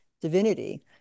divinity